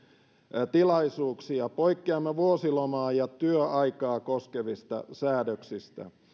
yleisötilaisuuksia poikkeamme vuosilomaa ja työaikaa koskevista säädöksistä